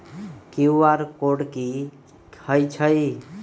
QR code कि हई छई?